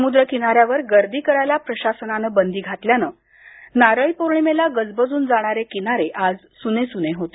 समुद्र किनाऱ्यावर गर्दी करायला प्रशासनानं बंदी घातल्यानं नारळी पौर्णिमेला गजबजून जाणारे किनारे आज सुनेसुने होते